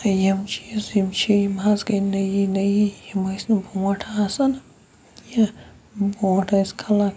یِم چیٖز یِم چھِ یِم حظ گٔے نٔیِی نٔیِی یِم ٲسۍ نہٕ برونٛٹھ آسان کینٛہہ برونٛٹھ ٲسۍ خلق